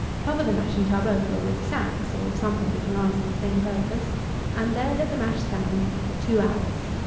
cover the mashing-tub over with sacks, or something that will answer the same purpose and there let the mash stand for two hours.